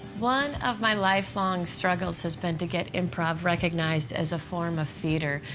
one of my lifelong struggles has been to get improv recognized as a form of theater,